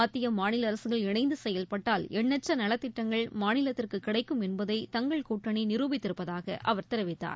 மத்திய மாநில அரசுகள் இணைந்து செயல்பட்டால் எண்ணற்ற நலத்திட்டங்கள் மாநிலத்திற்கு கிடைக்கும் என்பதை தங்கள் கூட்டணி நிருபித்திருப்பதாக அவர் தெரிவித்தார்